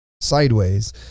sideways